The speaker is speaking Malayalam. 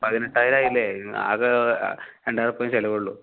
പതിനെട്ടായിരം ആയില്ലേ അത് അതിൻ്റെ മാത്രം ചിലവുള്ളു